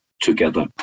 together